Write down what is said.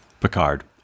Picard